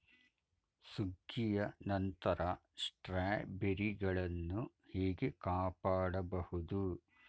ಸುಗ್ಗಿಯ ನಂತರ ಸ್ಟ್ರಾಬೆರಿಗಳನ್ನು ಹೇಗೆ ಕಾಪಾಡ ಬಹುದು?